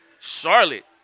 Charlotte